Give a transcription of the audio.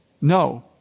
no